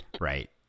Right